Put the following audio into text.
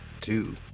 two